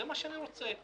זה מה שאני רוצה.